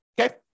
okay